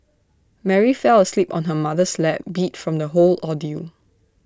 Mary fell asleep on her mother's lap beat from the whole ordeal